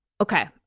Okay